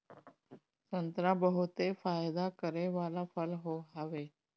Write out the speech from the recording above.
संतरा बहुते फायदा करे वाला फल हवे